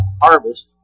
harvest